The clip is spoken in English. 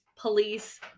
Police